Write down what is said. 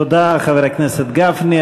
תודה, חבר הכנסת גפני.